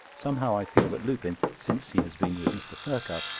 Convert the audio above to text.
somehow i feel that lupin, since he has been with mr. perkupp,